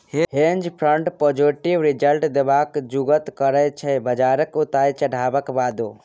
हेंज fund positive result देबाक जुगुत करय छै बजारक उतार चढ़ाबक बादो